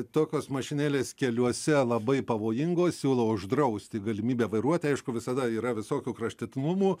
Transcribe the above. tokios mašinėlės keliuose labai pavojingos siūlo uždrausti galimybę vairuoti aišku visada yra visokių kraštutimumų